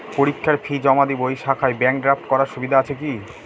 পরীক্ষার ফি জমা দিব এই শাখায় ব্যাংক ড্রাফট করার সুবিধা আছে কি?